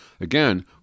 Again